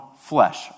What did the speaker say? flesh